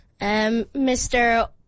Mr